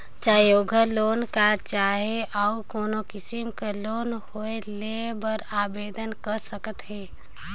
चाहे ओघर loan, car loan चहे अउ कोनो किसिम कर लोन होए लेय बर आबेदन कर सकत ह